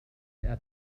أتى